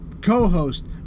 co-host